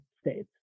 States